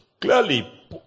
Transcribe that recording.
Clearly